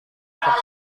untuk